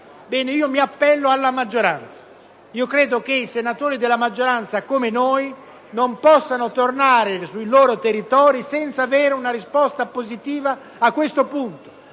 mi appello alla maggioranza: credo che i senatori della maggioranza come noi non possano tornare sui loro territori senza avere una risposta positiva a questo punto: